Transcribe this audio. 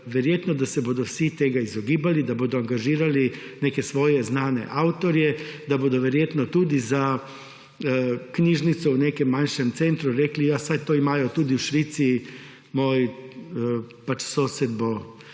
da se bodo tega vsi izogibali, da bodo angažirali neke svoje znane avtorje, da bodo verjetno tudi za knjižnico v nekem manjšem centru rekli, ja, saj to imajo tudi v Švici, moj pač sosed bo